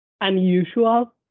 unusual